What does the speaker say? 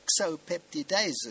exopeptidases